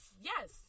yes